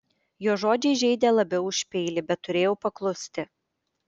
jo žodžiai žeidė labiau už peilį bet turėjau paklusti